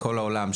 בכל העולם,